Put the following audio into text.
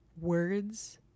words